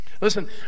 Listen